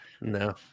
No